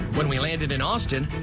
when we landed in austin,